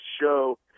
show